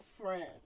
friend